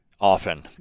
often